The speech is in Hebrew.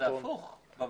זה הפוך בבסיס.